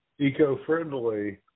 Eco-friendly